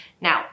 Now